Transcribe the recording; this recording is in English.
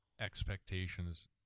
expectations